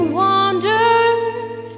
wandered